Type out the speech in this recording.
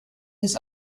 his